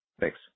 Thanks